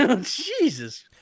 Jesus